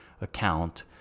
account